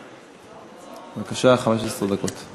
בבקשה, 15 דקות.